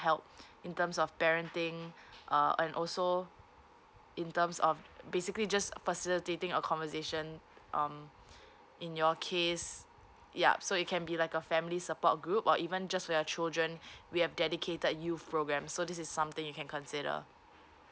help in terms of parenting uh and also in terms of basically just facilitating a conversation um in your case yup so it can be like a family support group or even just for your children we have dedicated youth programme so this is something you can consider